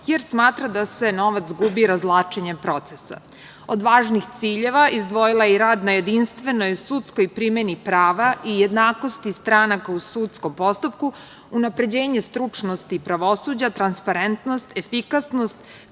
jer smatra da se novac gubi razvlačenjem procesa. Od važnih ciljeva izdvojila je rad na jedinstvenoj sudskoj primeni prava i jednakosti stranaka u sudskom postupku, unapređenje stručnosti pravosuđa, transparentnost, efikasnost,